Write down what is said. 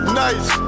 nice